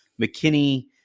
McKinney